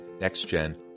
next-gen